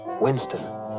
Winston